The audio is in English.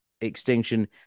extinction